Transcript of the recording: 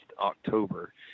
October